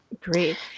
Great